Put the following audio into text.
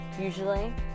usually